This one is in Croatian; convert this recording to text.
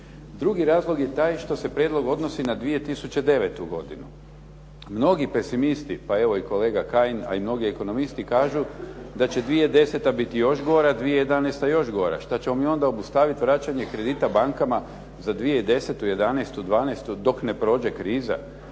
Drugi razlog je taj što se prijedlog odnosi na 2009. godinu. Mnogi pesimisti, pa evo i kolega Kajin, a i mnogi ekonomisti kažu da će 2010. biti još gora, 2011. još gora, šta ćemo mi onda obustaviti vraćanje kredita bankama za 2010., '11., '12. dok ne prođe kriza?